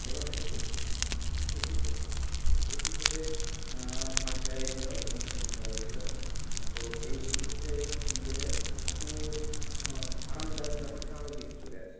এবার যাচ্ছি এসি কোচে এসি কোচে ফার্স্ট টায়ার এসি হয় এবং সেকেন্ড টায়ার এসি হয় তো এই এসি কোচে গেলে একটু আরামদায়ক ব্যাপারটা আরও বেশি চলে আসে